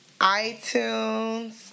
iTunes